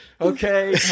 okay